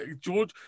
George